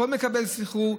הכול מקבל סחרור,